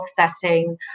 offsetting